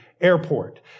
airport